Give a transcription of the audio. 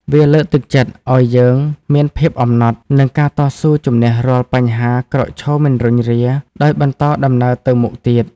វាលើកទឹកចិត្តឲ្យយើងមាន ភាពអំណត់ និងការតស៊ូជំនះរាល់បញ្ហាក្រោកឈរមិនរុញរាដោយបន្តដំណើរទៅមុខទៀត ។